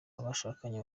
abashakanye